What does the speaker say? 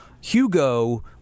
Hugo